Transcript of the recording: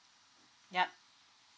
yup